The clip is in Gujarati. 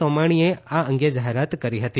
સોમાણીએ આ અંગે જાહેરાત કરી હતી